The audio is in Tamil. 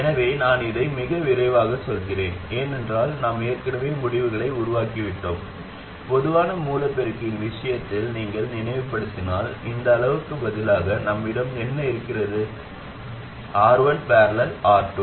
எனவே நான் இதை மிக விரைவாகச் சொல்கிறேன் ஏனென்றால் நாம் ஏற்கனவே முடிவுகளை உருவாக்கிவிட்டோம் பொதுவான மூல பெருக்கியின் விஷயத்தில் நீங்கள் நினைவுபடுத்தினால் இந்த அளவுக்குப் பதிலாக நம்மிடம் என்ன இருந்தது R1 || R2